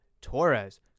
Torres